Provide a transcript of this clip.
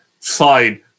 fine